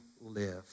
live